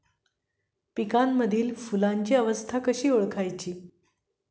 पिकांमधील फुलांची अवस्था कशी ओळखायची?